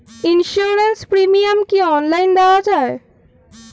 Insurance premium কি online দেওয়া যায়?